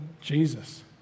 Jesus